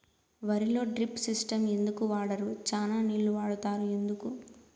వరిలో drip system ఎందుకు వాడరు? చానా నీళ్లు వాడుతారు ఎందుకు?